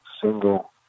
single